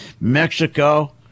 mexico